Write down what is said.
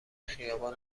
خیابون